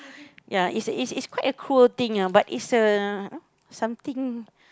ya it's it's it's quite a cruel thing ah but it's a something